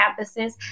campuses